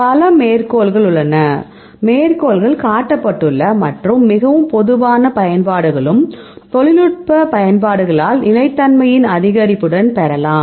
பல மேற்கோள்கள் உள்ளன மேற்கோள் காட்டப்பட்டுள்ள மற்றும் மிகவும் பொதுவான பயன்பாடுகளும் தொழில்நுட்ப பயன்பாடுகளால் நிலைத்தன்மையின் அதிகரிப்புடன் பெறலாம்